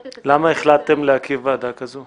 את --- למה החלטתם להקים ועדה כזו?